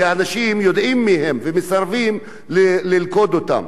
כי האנשים יודעים מי הם ומסרבים ללכוד אותם.